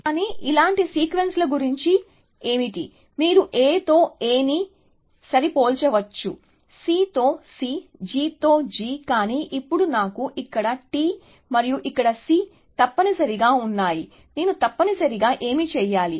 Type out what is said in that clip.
కానీ ఇలాంటి సీక్వెన్స్ల గురించి ఏమిటి మీరు A తో A ని సరిపోల్చవచ్చు సి తో సి G తో G కానీ ఇప్పుడు నాకు ఇక్కడ T మరియు ఇక్కడ C తప్పనిసరిగా ఉన్నాయి నేను తప్పనిసరిగా ఏమి చేయాలి